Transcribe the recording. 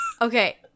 Okay